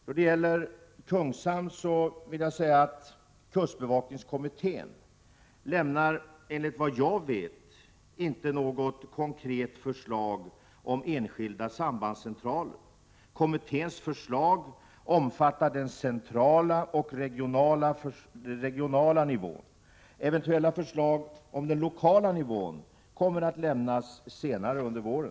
Då det gäller Kungshamn vill jag säga att kustbevakningskommittén, såvitt jag vet, inte lämnar något konkret förslag om enskilda sambandscentraler. Kommitténs förslag omfattar den centrala och regionala nivån. Eventuella förslag avseende den lokala nivån kommer att lämnas senare under våren.